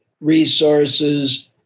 resources